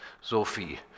Sophie